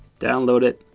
download it.